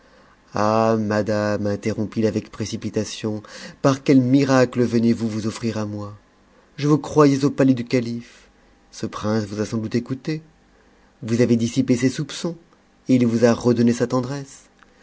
ah madame inierrontpit i avec précipitation par quel miracle venez-vous vous ofïrir à moi je vous croyais au palais du calife ce prince vous a sans doute écoutée vous avez dissipé ses soupçons et il vous a redonné sa tendresse